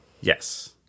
Yes